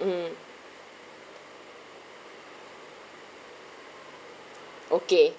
mm okay